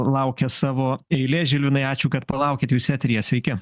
laukia savo eilės žilvinai ačiū kad palaukėt jūs eteryje sveiki